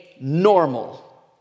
normal